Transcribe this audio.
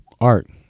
art